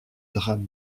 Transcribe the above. drame